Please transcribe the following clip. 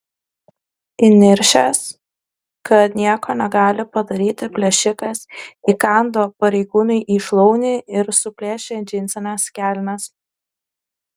įniršęs kad nieko negali padaryti plėšikas įkando pareigūnui į šlaunį ir suplėšė džinsines kelnes